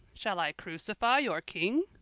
shall i crucify your king?